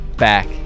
Back